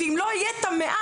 ואם לא יהיה את המעט,